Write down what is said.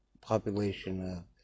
population